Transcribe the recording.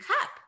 cup